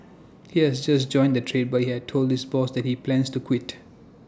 he has just joined the trade but he has told this boss that he plans to quit